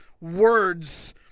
words